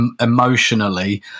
emotionally